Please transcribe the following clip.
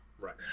right